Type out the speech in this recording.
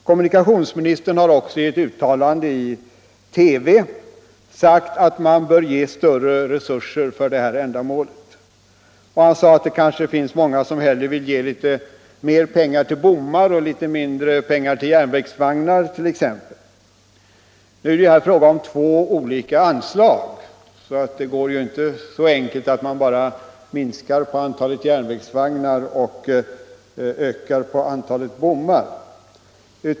Kommunikationsministern har också i ett uttalande i TV sagt att man bör ge större resurser för detta ändamål. Han sade att det finns många som kanske hellre ville ge t.ex. litet mer pengar till bommar och litet mindre till järnvägsvagnar. Nu är det fråga om två olika anslag, och det är inte så enkelt ordnat att man kan minska antalet järnvägsvagnar och i stället öka antalet bommar.